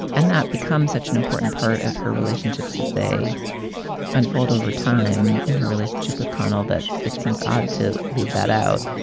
and that becomes such an important part of her relationships as they unfold over time and her relationship with connell that it seems odd to leave that out.